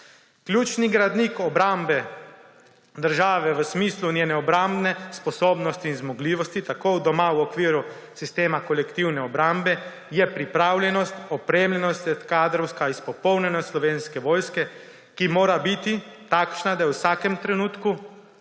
Ključni gradnik obrambe države v smislu njene obrambne sposobnosti in zmogljivosti tako doma v okviru sistema kolektivne obrambe je pripravljenost, opremljenost ter kadrovska izpopolnjenost Slovenske vojske, ki mora biti takšna, da je v vsakem trenutku,